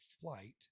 flight